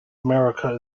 america